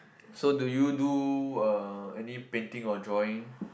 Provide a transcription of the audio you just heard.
so do you do uh any painting or drawing